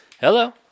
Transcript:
Hello